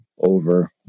over